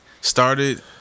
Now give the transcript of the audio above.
started